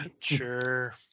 Sure